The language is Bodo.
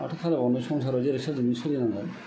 माथो खालामबावनो संसाराव जेरै सोलिदों बेबायदि सोलिनांबाय